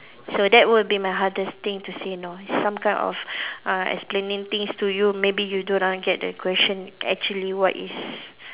so that will be my hardest thing to say no some kind of uh explaining things to you maybe you do not get the question actually what is